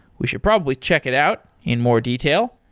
we should probably check it out in more detail,